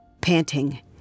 Panting